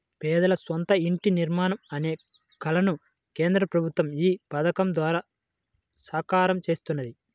పేదల సొంత ఇంటి నిర్మాణం అనే కలను కేంద్ర ప్రభుత్వం ఈ పథకం ద్వారా సాకారం చేస్తున్నది